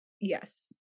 Yes